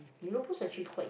mee rebus actually quite